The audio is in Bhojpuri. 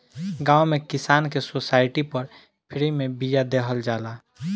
गांव में किसान के सोसाइटी पर फ्री में बिया देहल जाला